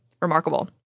remarkable